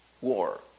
war